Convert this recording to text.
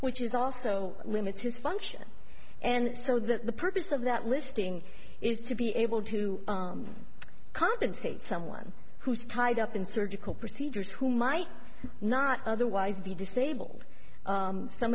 which is also limits his function and so the purpose of that listing is to be able to compensate someone who's tied up in surgical procedures who might not otherwise be disabled some